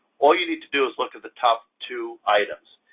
all you need to do is look at the top two items,